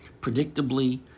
predictably